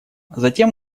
затем